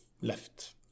left